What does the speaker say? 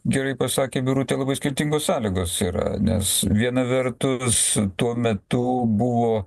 gerai pasakė birutė labai skirtingos sąlygos yra nes viena vertus tuo metu buvo